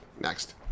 next